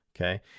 okay